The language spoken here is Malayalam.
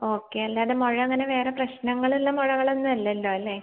ഓക്കെ അല്ലാതെ മുഴയങ്ങനെ വേറെ പ്രശ്നങ്ങളുള്ള മുഴകളൊന്നും അല്ലല്ലോ അല്ലേ